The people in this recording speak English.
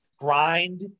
grind